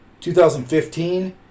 2015